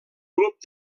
grup